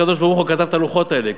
הקדוש-ברוך-הוא כתב את הלוחות האלה,